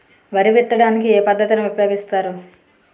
వరి విత్తడానికి ఏ పద్ధతిని ఉపయోగిస్తారు?